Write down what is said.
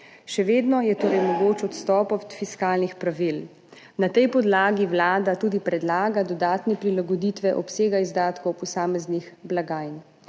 Še vedno je torej mogoč odstop od fiskalnih pravil. Na tej podlagi Vlada tudi predlaga dodatne prilagoditve obsega izdatkov posameznih blagajn.